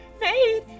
made